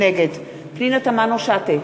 נגד פנינה תמנו-שטה,